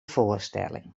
foarstelling